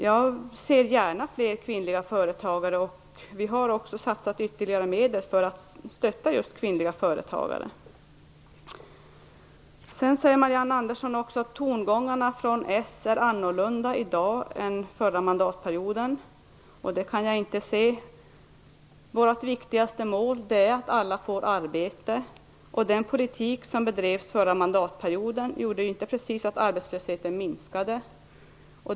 Jag ser gärna fler kvinnliga företagare. Vi har också satsat ytterligare medel för att stötta just kvinnliga företagare. Marianne Andersson säger vidare att tongångarna från socialdemokraterna är annorlunda i dag än under förra mandatperioden. Det kan jag inte se. Vårt viktigaste mål är att se till att alla får arbete. Den politik som bedrevs under förra mandatperioden gjorde inte precis att arbetslösheten minskade.